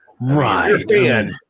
right